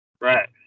right